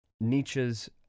Nietzsche's